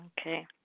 okay